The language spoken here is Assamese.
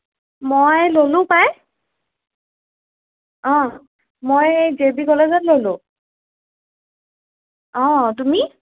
মই ল'লোঁ পায় অঁ মই জে বি কলেজত ল'লোঁ অঁ তুমি